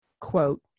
quote